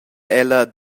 ella